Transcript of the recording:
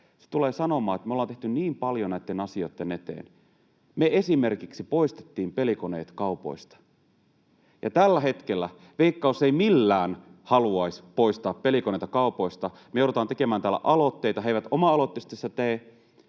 Se tulee sanomaan: me ollaan tehty niin paljon näitten asioitten eteen, me esimerkiksi poistettiin pelikoneet kaupoista — ja tällä hetkellä Veikkaus ei millään haluaisi poistaa pelikoneita kaupoista. Me joudutaan tekemään täällä aloitteita. He eivät oma aloitteisesti sitä tee.